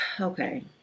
Okay